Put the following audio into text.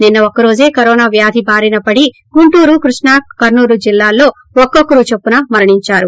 నిన్స్ ఒక్క రోజే కరోన వ్యాది భారిన పడి గుంటూరు కృష్ణా కర్నూలులో ఒక్కొక్కరు చొప్పున మరణించారు